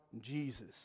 Jesus